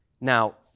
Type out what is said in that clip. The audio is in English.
Now